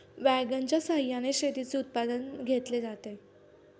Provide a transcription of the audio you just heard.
वॅगनच्या सहाय्याने शेतीचे उत्पादन घेतले जाते